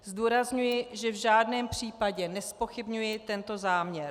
Zdůrazňuji, že v žádném případě nezpochybňuji tento záměr.